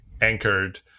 anchored